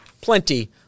plenty